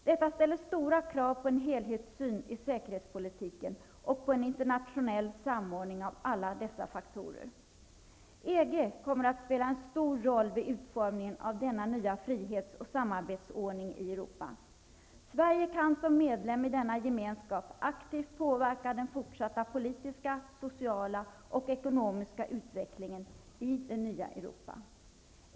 Detta ställer stora krav på en helhetssyn i säkerhetspolitiken och på en internationell samordning av alla dessa faktorer. EG kommer att spela en stor roll vid utformningen av denna nya frihets och samarbetsordning i Europa. Sverige kan som medlem i denna gemenskap aktivt påverka den fortsatta politiska, sociala och ekonomiska utvecklingen i det nya Europa.